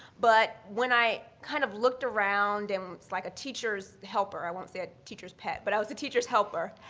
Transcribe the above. but when i kind of looked around and was like a teacher's helper, i won't say a teacher's pet, but i was a teacher's helper,